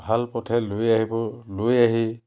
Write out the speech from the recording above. ভাল পথে লৈ আহিব লৈ আহি